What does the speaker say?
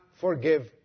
forgive